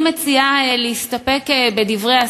אני מציעה להסתפק בדברי השר.